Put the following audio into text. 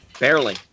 Barely